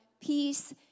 peace